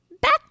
back